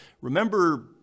Remember